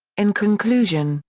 in conclusion,